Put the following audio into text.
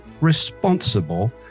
responsible